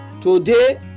today